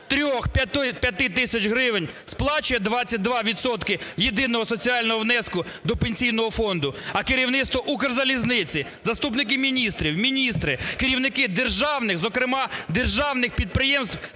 3-5 тисяч гривень сплачує 22 відсотки єдиного соціального внеску до Пенсійного фонду, а керівництво "Укрзалізниці", заступники міністрів, міністри, керівники державних, зокрема державних підприємств,